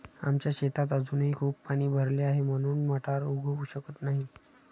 आमच्या शेतात अजूनही खूप पाणी भरले आहे, म्हणून मटार उगवू शकत नाही